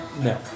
No